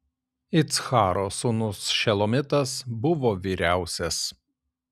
iccharo sūnus šelomitas buvo vyriausias